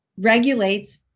regulates